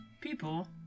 people